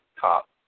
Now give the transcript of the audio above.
top